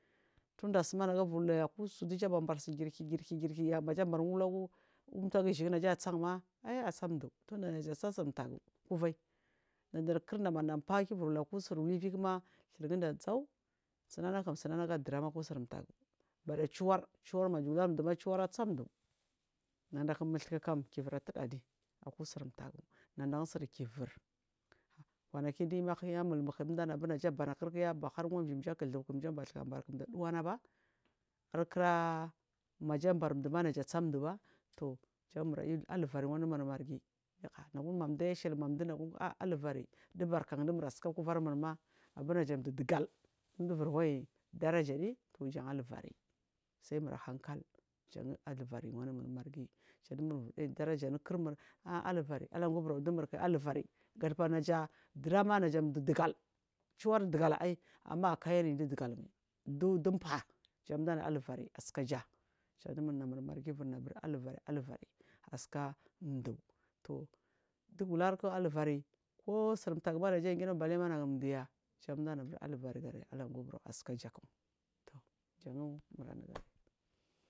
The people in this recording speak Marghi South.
Tundasuma nagubulu akusu dija zuwaba tsu girhi girhi girhiya majanbarun ulagu untagu giyi tu naja sanma ai asandu tunda naja sa sumtagu kuvaiyi tunda najan faadija lu aku sur hivikima du gunda zaw sunanakam sunana gadunama akusur tagu bada chiwar chiwar majalunduma chiwar asanduu nadak mudhu kuk hivira tɗa adi tku sur tagu nanda sirhivir kwanaki du imi hiya mulmuku dija nabur naja banakirkiya bahar wanji jakudhu kijabasuka barkija duwanaba arkira majabar duma naja sanduuba janmura iaw ahul ari wanumur margi abur madaya shili madunagum a aluvari dibarkan dimursuka kuvarmuma abur naja duu digal dijiburwai darajadi tu jan ahivari saimura hankal jan aluvari wadumur margi jadijibur naiy daraja anukir mul alaguburu dumurk a aluva ri gadabarnaja ajadu digal chu wardigal aiy amma akaiyari du digalmai dudubaahjan danu ahivari asukaja jan du murna mur margi unu abur aluvari aluvari asika duu dugulurkalu vari kusur taguma najagermai balema nagumduya jan danabur aluvar alangubur asakaja to janun munagu.